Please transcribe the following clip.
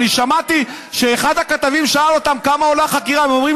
מה זה